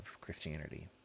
Christianity